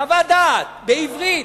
חוות דעת, בעברית,